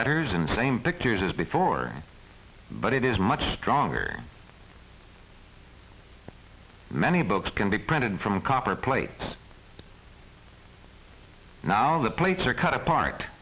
letters and same pictures as before but it is much stronger many books can be printed from copper plate now the plates are cut apart